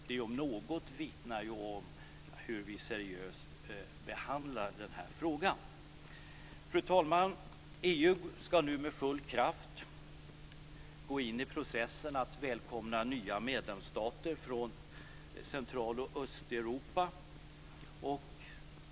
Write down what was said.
Detta om något vittnar ju om hur seriöst vi behandlar den här frågan. Fru talman! EU ska nu med full kraft gå in i processen att välkomna nya medlemsstater från Centraloch Östeuropa.